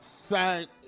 thank